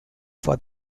for